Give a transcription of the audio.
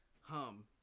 Hum